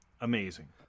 amazing